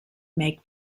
make